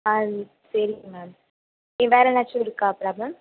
ஆ சரிங்க மேம் ஏன் வேறு என்னாச்சும் இருக்கா ப்ராப்ளம்